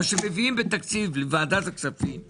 מה שמביאים לוועדת הכספים בתקציב,